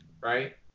right